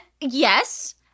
yes